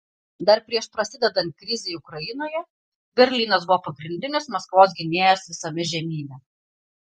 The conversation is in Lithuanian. dar prieš prasidedant krizei ukrainoje berlynas buvo pagrindinis maskvos gynėjas visame žemyne